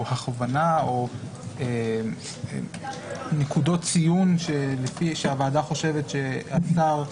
הכוונה או נקודות ציון שהוועדה חושבת שהשר,